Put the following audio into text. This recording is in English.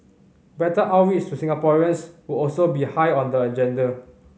better outreach to Singaporeans would also be high on the agenda